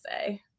say